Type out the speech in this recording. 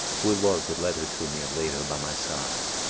who it was that led her to me and laid her by my side,